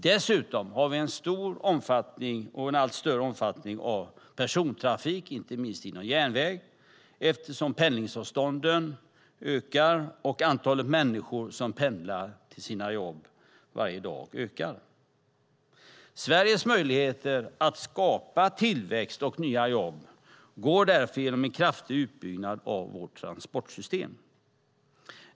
Dessutom har vi en allt större omfattning av persontrafik, inte minst på järnväg, eftersom pendlingsavstånden ökar och antalet människor som pendlar till sina jobb varje dag också ökar. Sveriges möjligheter att skapa tillväxt och nya jobb går därför genom en kraftig utbyggnad av vårt transportsystem.